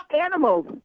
animals